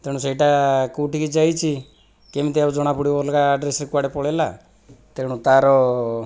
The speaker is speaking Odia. ତେଣୁ ସେଇଟା କେଉଁଠିକି ଯାଇଛି କେମିତି ଆଉ ଜଣାପଡ଼ିବ ଅଲଗା ଅଡ୍ରେସରେ କୁଆଡ଼େ ପଳେଇଲା ତେଣୁ ତାର